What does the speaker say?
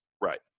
Right